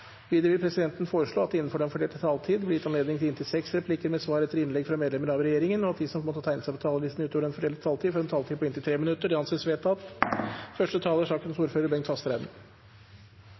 Videre vil presidenten foreslå at det – innenfor den fordelte taletid – blir gitt anledning til inntil seks replikker med svar etter innlegg fra medlemmer av regjeringen, og at de som måtte tegne seg på talerlisten utover den fordelte taletid, får en taletid på inntil 3 minutter. – Det anses vedtatt.